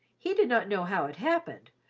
he did not know how it happened,